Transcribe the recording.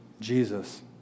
Jesus